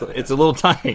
it's a little tight.